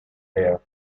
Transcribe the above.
there